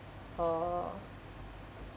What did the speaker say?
or